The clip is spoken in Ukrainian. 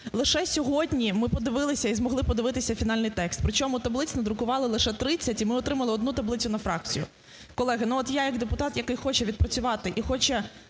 Лише сьогодні ми подивилися і змогли подивитися фінальний текст, причому таблиць надрукувало лише 30, і ми отримали одну таблицю на фракцію. Колеги, ну от я як депутат, який хоче відпрацювати і хоче